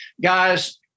guys